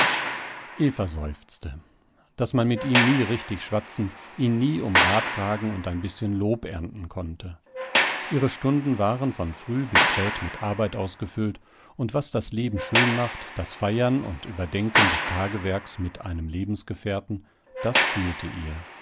seufzte daß man mit ihm nie richtig schwatzen ihn nie um rat fragen und ein bißchen lob ernten konnte ihre stunden waren von früh bis spät mit arbeit ausgefüllt und was das leben schön macht das feiern und überdenken des tagewerks mit einem lebensgefährten das fehlte ihr